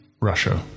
Russia